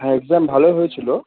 হ্যাঁ এক্সাম ভালো হয়েছিলো